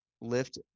lift